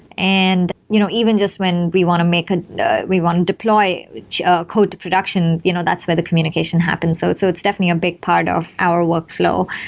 and you know even just when we want to make a you know we want to deploy code to production, you know that's where the communication happens. so so it's definitely a big part of our workflow.